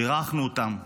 בירכנו אותם.